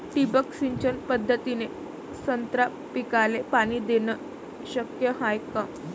ठिबक सिंचन पद्धतीने संत्रा पिकाले पाणी देणे शक्य हाये का?